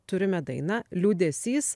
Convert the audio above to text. turime dainą liūdesys